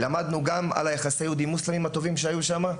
למדנו על יחסי היהודים-מוסלמים הטובים שהיו שם,